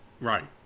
Right